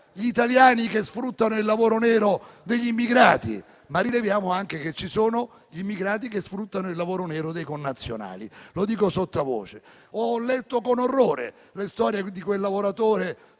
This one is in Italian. gli italiani che sfruttano il lavoro nero degli immigrati, ma rileviamo anche che ci sono gli immigrati che sfruttano il lavoro nero dei connazionali, e lo dico sottovoce. Ho letto con orrore la storia di quel lavoratore